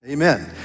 Amen